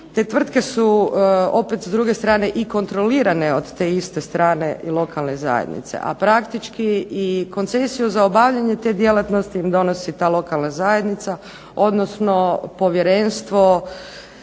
Te tvrtke su opet s druge strane i kontrolirane od te iste strane i lokalne zajednice, a praktički i koncesiju za obavljanje te djelatnosti im donosi ta lokalna zajednica, odnosno povjerenstvo